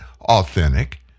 authentic